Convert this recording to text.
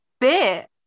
bit